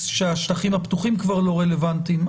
השטחים הפתוחים כבר לא רלוונטיים.